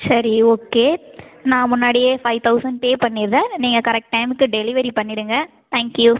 சரி ஓகே நான் முன்னாடியே ஃபை தௌசண்ட் பே பண்ணிடறேன் நீங்கள் கரெக்ட் டைமுக்கு டெலிவரி பண்ணிவிடுங்க தேங்க்யூ